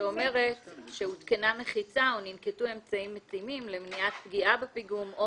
שאומרת: "הותקנה מחיצה או ננקטו אמצעים מתאימים למניעת פגיעה בפיגום או